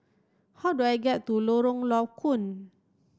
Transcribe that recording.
how do I get to Lorong Low Koon